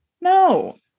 No